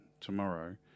tomorrow